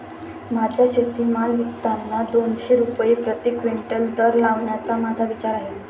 माझा शेतीमाल विकताना दोनशे रुपये प्रति क्विंटल दर लावण्याचा माझा विचार आहे